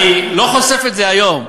אני לא חושף את זה היום,